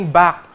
back